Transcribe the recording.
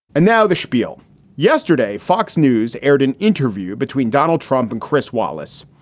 and now the spiel yesterday, fox news aired an interview between donald trump and chris wallace,